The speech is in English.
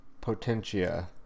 potentia